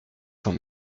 cent